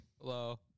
Hello